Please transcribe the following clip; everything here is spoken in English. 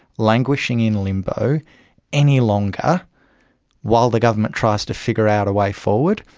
languishing in limbo any longer while the government tries to figure out a way forward.